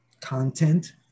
content